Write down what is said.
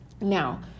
Now